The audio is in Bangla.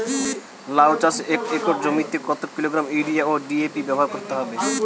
লাউ চাষে এক একর জমিতে কত কিলোগ্রাম ইউরিয়া ও ডি.এ.পি ব্যবহার করতে হবে?